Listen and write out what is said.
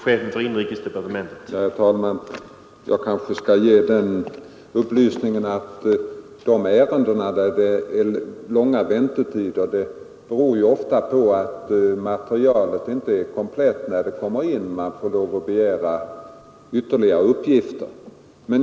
Herr talman! Jag kanske skall ge den upplysningen att de långa väntetiderna för vissa ärenden ofta beror på att materialet inte är komplett när det kommer in. Man får lov att begära ytterligare uppgifter.